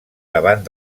davant